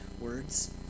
words